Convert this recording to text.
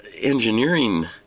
engineering